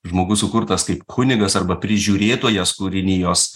žmogus sukurtas kaip kunigas arba prižiūrėtojas kūrinijos